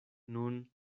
nun